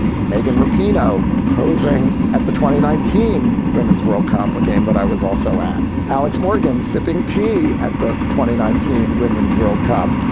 megan rapinoe posing at the twenty nineteen women's world cup, a game that i was also at. alex morgan sipping tea at the twenty nineteen women's world cup,